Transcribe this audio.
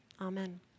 Amen